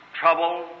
Trouble